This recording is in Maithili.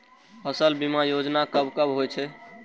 फसल बीमा योजना कब कब होय छै?